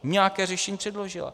Nějaké řešení předložila.